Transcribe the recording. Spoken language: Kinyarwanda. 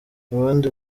abandi